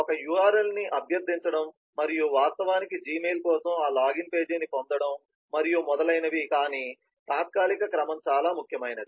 ఒక URL ని అభ్యర్థించడం మరియు వాస్తవానికి Gmail కోసం ఆ లాగిన్ పేజీని పొందడం మరియు మొదలైనవి కానీ తాత్కాలిక క్రమం చాలా ముఖ్యమైనది